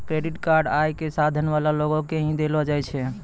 credit card आय क साधन वाला लोगो के ही दयलो जाय छै